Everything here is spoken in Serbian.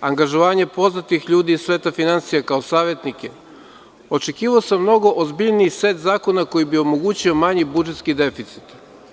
angažovanje poznatih ljudi iz sveta finansija kao savetnike, očekivao sam mnogo ozbiljniji set zakona koji bi omogućio manji budžetski deficit.